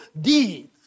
deeds